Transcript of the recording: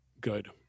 good